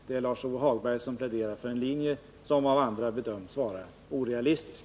Det är Lars-Ove Hagberg som pläderar för en linje som av andra bedöms vara orealistisk.